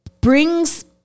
brings